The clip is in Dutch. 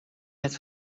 net